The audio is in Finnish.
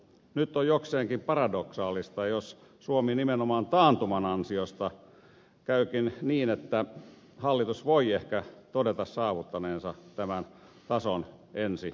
nyt on jokseenkin paradoksaalista jos suomessa nimenomaan taantuman ansiosta käykin niin että hallitus voi ehkä todeta saavuttaneensa tämän tason ensi vuonna